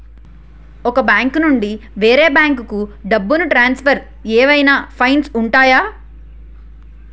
ఒక బ్యాంకు నుండి వేరే బ్యాంకుకు డబ్బును ట్రాన్సఫర్ ఏవైనా ఫైన్స్ ఉంటాయా?